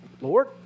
Lord